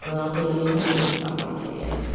மழை பெய்யில்லன்னா நமக்கு சாப்பாடு கிடையாது